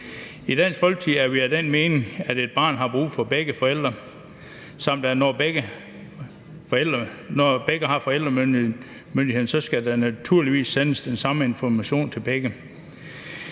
I Dansk Folkeparti er vi af den mening, at et barn har brug for begge forældre, samt at når begge forældre har forældremyndigheden, så skal der naturligvis sendes den samme information til begge.